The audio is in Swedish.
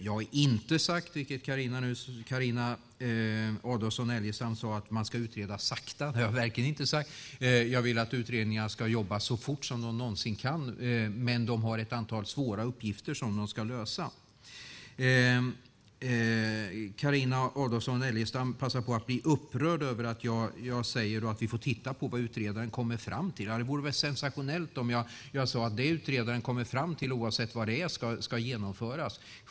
Jag har inte sagt, vilket Carina Adolfsson Elgestam nu sade, att man ska utreda sakta. Det har jag verkligen inte sagt. Jag vill att utredningarna ska jobba så fort som de någonsin kan, men de har ett antal svåra uppgifter som de ska lösa. Carina Adolfsson Elgestam passar på att bli upprörd över att jag säger att vi får titta på vad utredaren kommer fram till. Det vore väl sensationellt om jag sade att det utredaren kommer fram till, oavsett vad det är, ska genomföras.